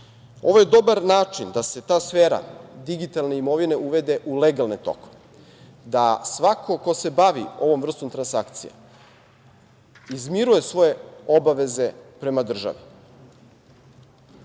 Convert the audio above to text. je dobar način da se ta sfera digitalne imovine uvede u legalne tokove, da svako ko se bavi ovom vrstom transakcija izmiruje svoje obaveze prema državi. Sada